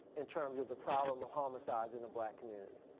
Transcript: in terms of the problem of homicides in the black community.